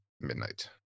Midnight